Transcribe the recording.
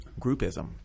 groupism